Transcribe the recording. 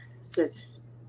scissors